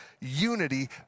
unity